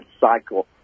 cycle